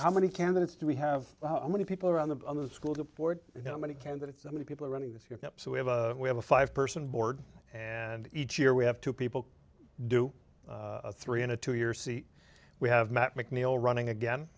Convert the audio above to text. how many candidates do we have many people around the on the school board you know many candidates that many people are running this year so we have a we have a five person board and each year we have two people do three in a two year see we have matt mcneil running again